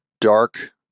dark